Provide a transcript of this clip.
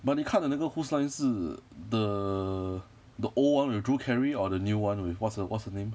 but 你看的那个 whose line 是 the the old one with drew carey or the new one with what's her what's her name